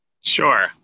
Sure